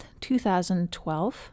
2012